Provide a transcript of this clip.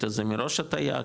אז זה מראש הטעיה,